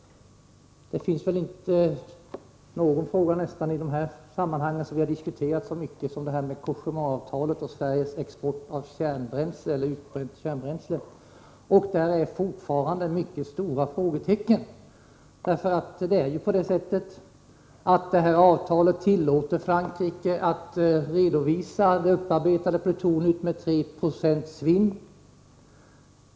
Knappast någon annan fråga i det här sammanhanget har väl diskuterats så mycket som Cogéma-avtalet och Sveriges export av utbränt kärnbränsle, men där finns fortfarande mycket stora frågetecken. Avtalet tillåter Frankrike att redovisa det upparbetade plutoniet med 3 96 svinn.